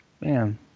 man